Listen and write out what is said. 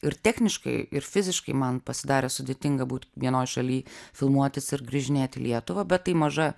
ir techniškai ir fiziškai man pasidarė sudėtinga būt vienoj šaly filmuotis ir grįžinėt į lietuvą bet tai maža